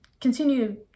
continue